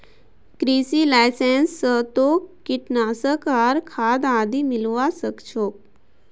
कृषि लाइसेंस स तोक कीटनाशक आर खाद आदि मिलवा सख छोक